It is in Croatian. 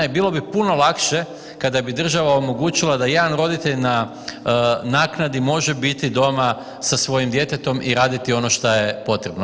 I bilo bi puno lakše kada bi država omogućila da jedan roditelj na naknadi može biti doma sa svojim djetetom i raditi ono šta je potrebno.